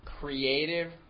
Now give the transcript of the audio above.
Creative